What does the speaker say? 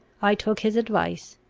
i took his advice,